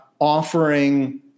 offering